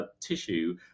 tissue